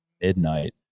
midnight